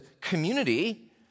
community